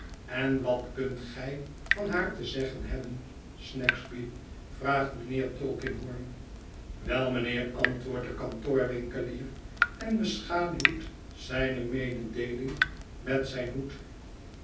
en wat kunt gij van haar te zeggen hebben snagsby vraagt mijnheer tulkinghorn wel mijnheer antwoordt de kantoorwinkelier en beschaduwt zijne mededeeling met zijn hoed